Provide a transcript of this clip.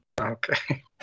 Okay